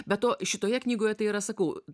be to šitoje knygoje tai yra sakau